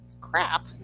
Crap